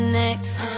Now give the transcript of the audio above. next